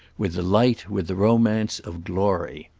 with the light, with the romance, of glory.